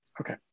okay